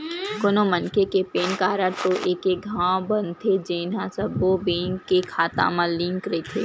कोनो मनखे के पेन कारड तो एके घांव बनथे जेन ह सब्बो बेंक के खाता म लिंक रहिथे